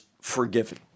forgiven